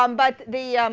um but the.